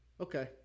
Okay